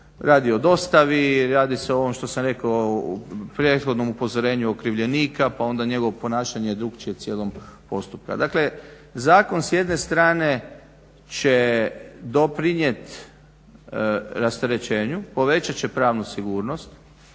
radi o dostavi, radi se o ovom što sam rekao u prethodnom upozorenju okrivljenika, pa onda njegovo ponašanje drukčije cijelog postupka. Dakle, zakon s jedne strane će doprinijet rasterećenju, povećat će pravnu sigurnost